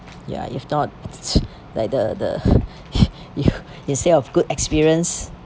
ya if not like the the you instead of good experience